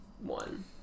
one